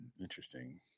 Interesting